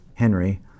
Henry